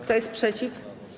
Kto jest przeciw?